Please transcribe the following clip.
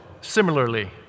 similarly